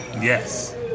Yes